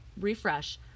refresh